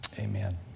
Amen